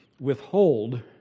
withhold